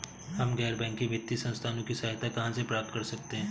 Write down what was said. हम गैर बैंकिंग वित्तीय संस्थानों की सहायता कहाँ से प्राप्त कर सकते हैं?